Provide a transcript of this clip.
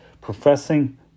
Professing